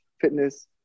fitness